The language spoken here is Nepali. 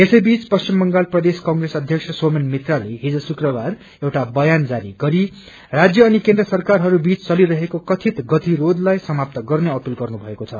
यसैबीच पश्चिम बंगाल प्रदेश कंग्रेस अध्यक्ष सोमेन मित्राले हिज शुक्रबार एउटा बयान जारी गरी राज्य अनि केन्द्र सरकारहरूबीच चलिरहेको कथित गतिरोधलाई समाप्त गर्नेअपील गनफभएको छ